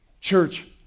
Church